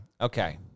Okay